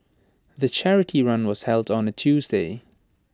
the charity run was held on A Tuesday